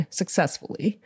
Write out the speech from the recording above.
successfully